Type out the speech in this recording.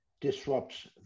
disrupts